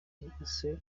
rwose